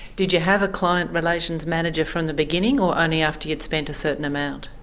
did you have a client relations manager from the beginning or only after you'd spent a certain amount?